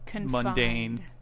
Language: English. Mundane